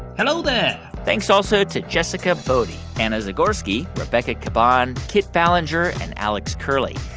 hello there thanks also to jessica boddy, anna zagorski, rebecca caban, kit ballenger and alex curley.